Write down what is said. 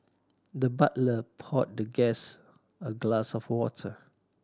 the butler poured the guest a glass of water